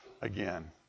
again